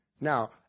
Now